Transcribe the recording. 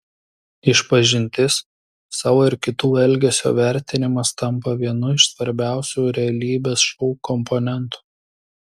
išpažintis savo ir kitų elgesio vertinimas tampa vienu iš svarbiausių realybės šou komponentų